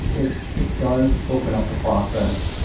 it it does open up the process,